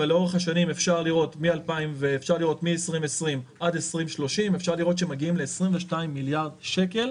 אבל לאורך השנים אפשר לראות שמ-2020 עד 2030 שמגיעים ל-22 מיליארד שקל